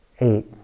eight